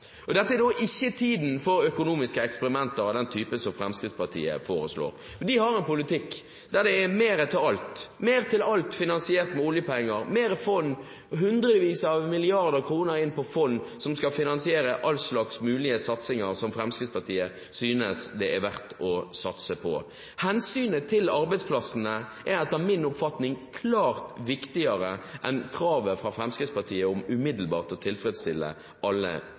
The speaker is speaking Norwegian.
selger. Dette er ikke tiden for økonomiske eksperimenter av den type som Fremskrittspartiet foreslår. De har en politikk der det er mer til alt, mer til alt finansiert med oljepenger, mer til fond – hundrevis av milliarder kroner inn på fond som skal finansiere alle mulige slags satsinger som Fremskrittspartiet synes det er verdt å satse på. Hensynet til arbeidsplassene er etter min oppfatning klart viktigere enn kravet fra Fremskrittspartiet om umiddelbart å tilfredsstille alle